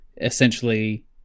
essentially